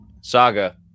Saga